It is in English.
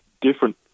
different